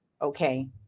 Okay